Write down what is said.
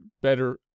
better